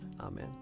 Amen